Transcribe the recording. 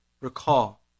recall